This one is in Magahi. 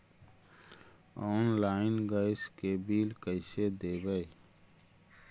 आनलाइन गैस के बिल कैसे देबै?